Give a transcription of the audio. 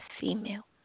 female